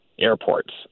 airports